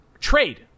Trade